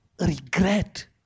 regret